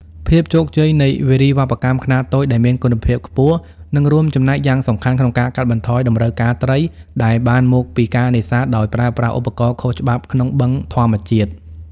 ភាពជោគជ័យនៃវារីវប្បកម្មខ្នាតតូចដែលមានគុណភាពខ្ពស់ នឹងរួមចំណែកយ៉ាងសំខាន់ក្នុងការកាត់បន្ថយតម្រូវការត្រីដែលបានមកពីការនេសាទដោយប្រើប្រាស់ឧបករណ៍ខុសច្បាប់ក្នុងបឹងធម្មជាតិ។